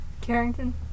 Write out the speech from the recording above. Carrington